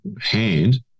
hand